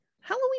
Halloween